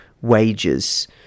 Wages